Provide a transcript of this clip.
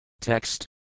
Text